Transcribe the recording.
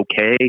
okay